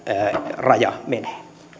rajanne menee